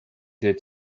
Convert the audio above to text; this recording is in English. did